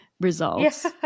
results